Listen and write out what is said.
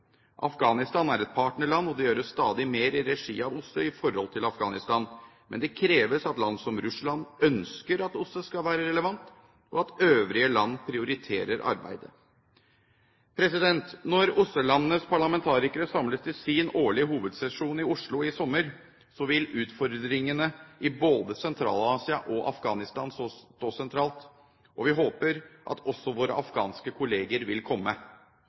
Afghanistan er et partnerland, og det gjøres stadig mer i regi av OSSE i forhold til Afghanistan. Men det kreves at land som Russland ønsker at OSSE skal være relevant, og at øvrige land prioriterer arbeidet. Når OSSE-landenes parlamentarikere samles til sin årlige hovedsesjon i Oslo i sommer, vil utfordringene i både Sentral-Asia og Afghanistan stå sentralt. Vi håper at også våre afghanske kolleger vil komme.